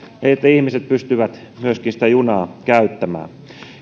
että ihmiset pystyvät myöskin sitä junaa käyttämään